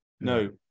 no